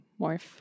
morph